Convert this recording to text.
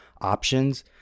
options